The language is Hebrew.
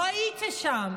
לא הייתי שם.